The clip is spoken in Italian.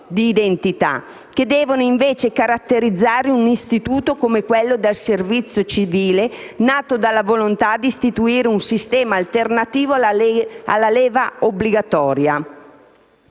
che devono invece caratterizzare un istituto come quello del servizio civile, nato dalla volontà di istituire un sistema alternativo alla leva obbligatoria.